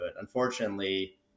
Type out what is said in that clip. Unfortunately